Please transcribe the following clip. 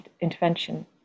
intervention